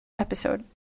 episode